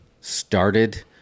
started